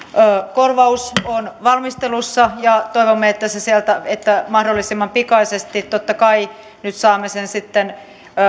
korvaus on valmistelussa ja toivomme että mahdollisimman pikaisesti totta kai nyt saamme sen sitten myöskin